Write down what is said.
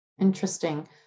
Interesting